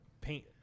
paint